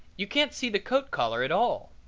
you can't see the coat collar at all.